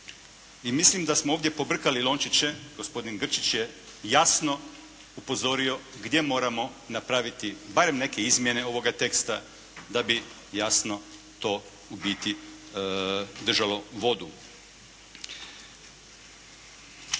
i mislim da smo ovdje pobrkali lončiće. Gospodin Grčić je jasno upozorio gdje moramo napraviti barem neke izmjene ovoga teksta da bi jasno to u biti držalo vodu.